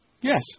Yes